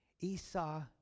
Esau